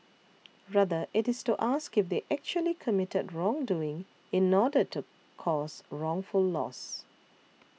rather it is to ask if they actually committed wrongdoing in order to cause wrongful loss